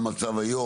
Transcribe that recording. מה המצב היום?